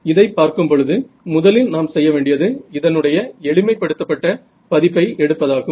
இதைப் பார்க்கும் பொழுது முதலில் நாம் செய்யவேண்டியது இதனுடைய எளிமைப்படுத்தப்பட்ட பதிப்பை எடுப்பதாகும்